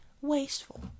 wasteful